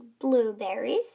blueberries